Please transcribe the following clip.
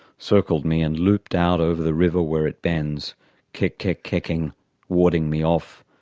circled me and looped out over the river where it bends kek-kek-kekking warning me off.